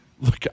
look